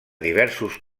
diversos